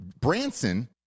Branson